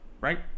right